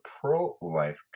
pro-life